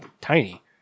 tiny